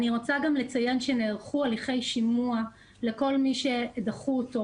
אני רוצה גם לציין שנערכו הליכי שימוע לכל מי שדחו אותו,